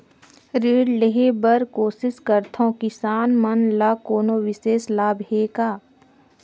ऋण लेहे बर कोशिश करथवं, किसान मन ल कोनो विशेष लाभ हे का?